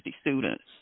students